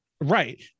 Right